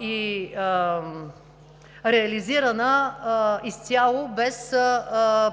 и реализирана изцяло без